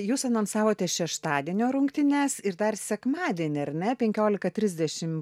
jūs anonsavote šeštadienio rungtynes ir dar sekmadienį ar ne penkiolika trisdešim